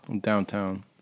Downtown